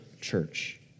church